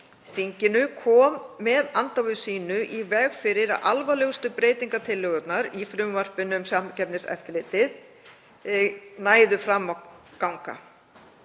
þinginu kom með andófi sínu í veg fyrir að alvarlegustu breytingartillögurnar í frumvarpinu um Samkeppniseftirlitið næðu fram að ganga.